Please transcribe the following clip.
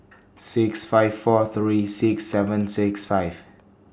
six five four three six seven six five